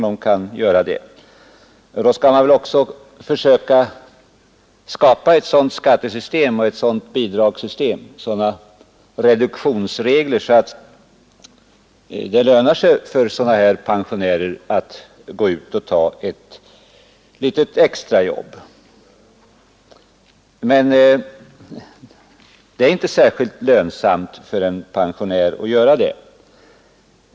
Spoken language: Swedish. Då skall man också försöka skapa ett sådant skattesystem, ett sådant bidragssystem och sådana reduktionsregler att det lönar sig för pensionärer att gå ut och ta ett litet extrajobb. Det är i dag inte särskilt lönsamt för en pensionär att göra det.